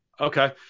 Okay